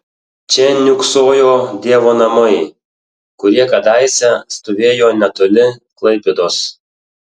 čia niūksojo dievo namai kurie kadaise stovėjo netoli klaipėdos